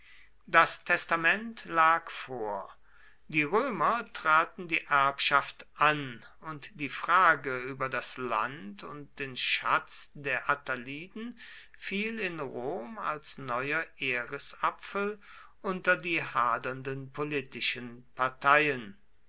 das testament lag vor die römer traten die erbschaft an und die frage über das land und den schatz der attaliden fiel in rom als neuer erisapfel unter die hadernden politischen parteien